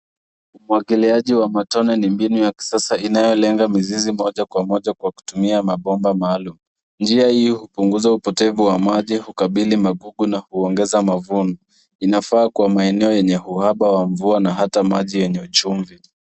Umwagiliaji wa matone ni mbinu ya kisasa inayolenga mizizi moja kwa moja kwa kutumia mabomba maalum njia hii hupunguza upotevu wa maji hukabili magugu na huongeza mavuno inafaa kwa maeneo yenye uhaba wa mvua na hata maji yenye chumvi.